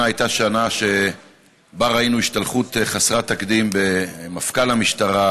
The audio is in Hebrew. ראינו השתלחות חסרת תקדים במפכ"ל המשטרה,